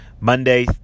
Monday